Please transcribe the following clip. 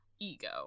ego